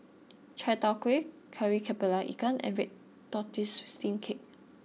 Chai Tow Kuay Kari Kepala Ikan and Red Tortoise Steamed Cake